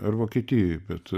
ar vokietijoje bet